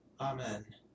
Amen